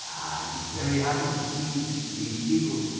i'm very happy to see these people,